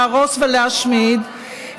להרוס ולהשמיד,